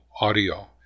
audio